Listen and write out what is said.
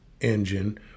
Engine